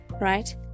right